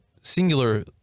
singular